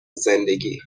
زندگی